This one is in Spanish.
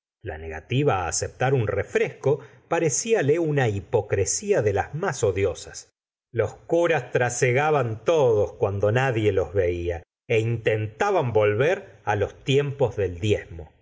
la negativa aceptar un refresco pareciale una hipocresía de las más odiosas los curas trasegaban todos cuando nadie los vela é intentaban volver los tiempos del diezmo